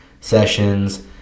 sessions